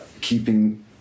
keeping